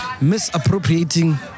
Misappropriating